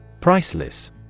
Priceless